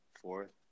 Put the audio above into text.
Fourth